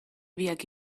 biak